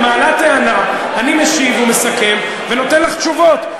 את מעלה טענה, אני משיב ומסכם ונותן לך תשובות.